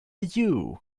you